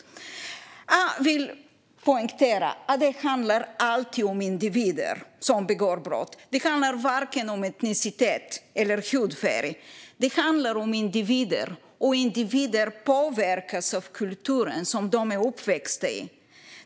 Jag vill poängtera att det alltid handlar om individer som begår brott. Det handlar varken om etnicitet eller om hudfärg. Det handlar om individer, och individer påverkas av kulturen som de är uppväxta i.